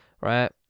right